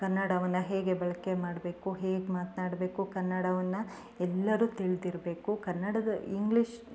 ಕನ್ನಡವನ್ನು ಹೇಗೆ ಬಳಕೆ ಮಾಡಬೇಕು ಹೇಗೆ ಮಾತನಾಡ್ಬೇಕು ಕನ್ನಡವನ್ನು ಎಲ್ಲರು ತಿಳಿದಿರ್ಬೇಕು ಕನ್ನಡದ ಇಂಗ್ಲೀಷ್